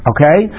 Okay